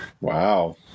Wow